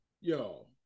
Yo